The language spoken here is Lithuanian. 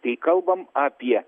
kai kalbam apie